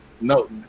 No